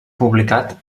publicat